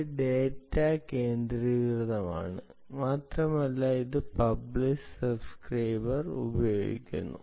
ഇത് ഡാറ്റാ കേന്ദ്രീകൃതമാണ് മാത്രമല്ല ഇത് പബ്ലിഷ് സബ്സ്ക്രൈബ് ഉപയോഗിക്കുന്നു